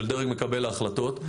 של דרג מקבל ההחלטות.